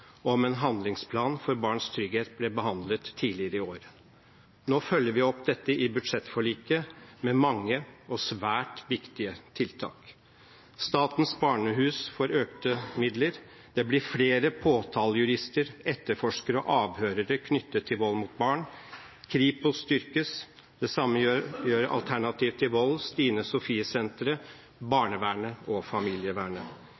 om en handlingsplan for barns trygghet ble behandlet tidligere i år. Nå følger vi opp dette i budsjettforliket, med mange og svært viktige tiltak. Statens barnehus får økte midler, det blir flere påtalejurister, etterforskere og avhørere knyttet til vold mot barn. Kripos styrkes, det samme med Alternativ til Vold, Stine